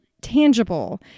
tangible